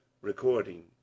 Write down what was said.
Recording